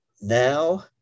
now